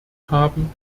haben